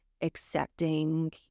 accepting